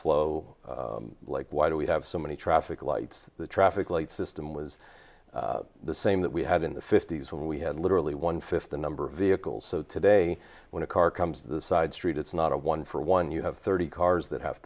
flow like why do we have so many traffic lights the traffic light system was the same that we had in the fifty's when we had literally one fifth the number of vehicles so today when a car comes to the side street it's not a one for one you have thirty cars that have